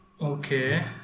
okay